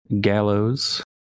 gallows